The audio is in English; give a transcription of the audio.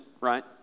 right